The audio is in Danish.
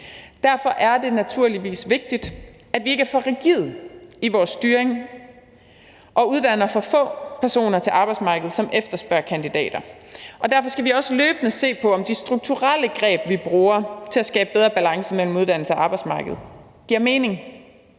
Derfor er det naturligvis vigtigt, at vi ikke er for rigide i vores styring og uddanner for få personer til arbejdsmarkedet, som efterspørger kandidater. Derfor skal vi også løbende se på, om de strukturelle greb, vi bruger til at skabe bedre balance mellem uddannelse og arbejdsmarked, giver mening.